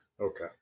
Okay